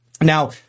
Now